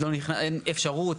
אין אפשרות,